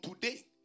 today